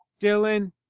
Dylan